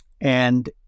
And-